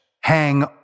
hang